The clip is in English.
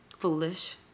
foolish